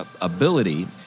ability